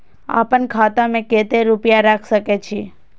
आपन खाता में केते रूपया रख सके छी?